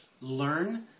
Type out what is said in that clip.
learn